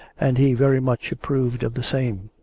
and he very much approved of the same.